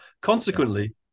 Consequently